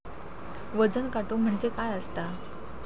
वजन काटो म्हणजे काय असता?